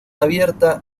abierta